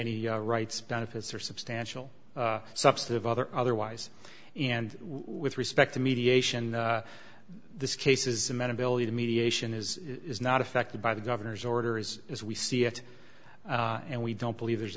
any rights benefits or substantial substantive other otherwise and with respect to mediation this case is a man ability to mediation is is not affected by the governor's orders as we see it and we don't believe there's